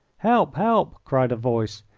help! help! cried a voice,